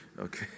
Okay